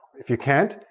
if you cant,